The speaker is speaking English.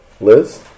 Liz